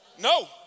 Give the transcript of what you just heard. No